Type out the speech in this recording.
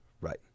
Right